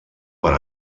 per